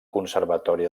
conservatori